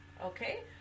okay